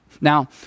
Now